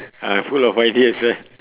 ah full of ideas ah